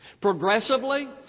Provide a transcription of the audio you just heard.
Progressively